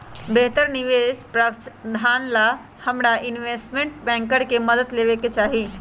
बेहतर निवेश प्रधारक्षण ला हमरा इनवेस्टमेंट बैंकर के मदद लेवे के चाहि